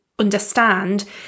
understand